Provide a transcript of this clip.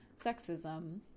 sexism